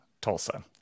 tulsa